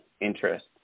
interest